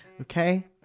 Okay